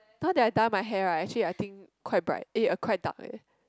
now that I dye my hair right actually I think quite bright eh a quite dark leh